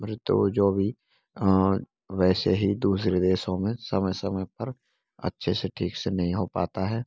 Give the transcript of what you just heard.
ऋतु जो भी वैसे ही दूसरे देशों में समय समय पर अच्छे से ठीक से नहीं हो पाता है